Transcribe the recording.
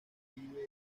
declive